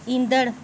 ईंदड़